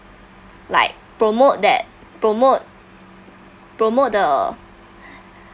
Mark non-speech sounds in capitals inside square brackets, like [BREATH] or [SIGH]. like promote that promote promote the [BREATH]